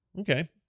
okay